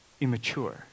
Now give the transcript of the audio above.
Immature